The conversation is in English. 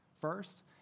first